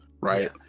right